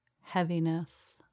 heaviness